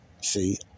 See